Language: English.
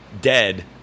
dead